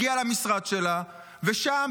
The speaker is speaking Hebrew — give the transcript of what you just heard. הגיעה למשרד שלה ושם,